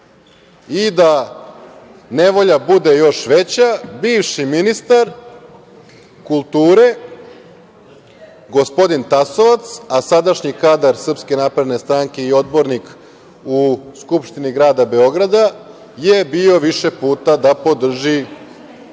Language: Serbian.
i, da nevolja bude još veća, bivši ministar kulture, gospodin Tasovac, a sadašnji kadar SNS i odbornik u Skupštini Grada Beograda je bio više puta da podrži